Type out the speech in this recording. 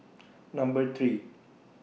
Number three